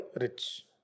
rich